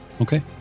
okay